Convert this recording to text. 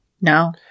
No